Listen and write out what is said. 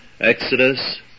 Exodus